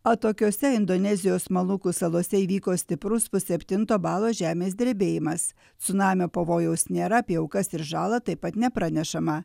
atokiose indonezijos molukų salose įvyko stiprus pusseptinto balo žemės drebėjimas cunamio pavojaus nėra apie aukas ir žalą taip pat nepranešama